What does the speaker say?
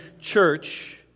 church